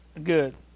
Good